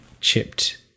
chipped